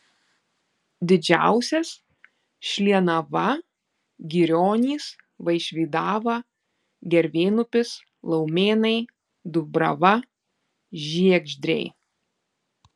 didžiausias šlienava girionys vaišvydava gervėnupis laumėnai dubrava žiegždriai